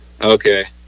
Okay